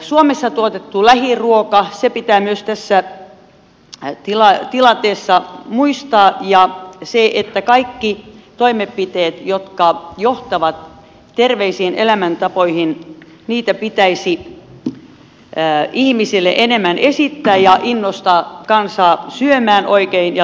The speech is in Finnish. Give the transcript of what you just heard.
suomessa tuotettu lähiruoka pitää myös tässä tilanteessa muistaa ja kaikkia toimenpiteitä jotka johtavat terveisiin elämäntapoihin pitäisi ihmisille enemmän esittää ja innostaa kansaa syömään oikein ja liikkumaan